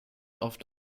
oft